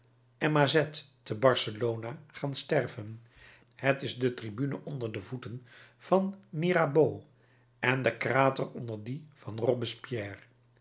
en mazet te barcelona gaan sterven het is de tribune onder de voeten van mirabeau en de krater onder die van robespierre